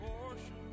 portion